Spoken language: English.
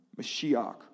Mashiach